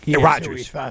Rodgers